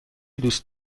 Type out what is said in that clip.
دوست